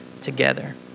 together